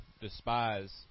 despise